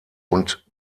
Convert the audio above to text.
und